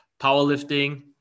powerlifting